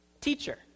Teacher